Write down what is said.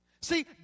See